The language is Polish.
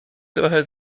trochę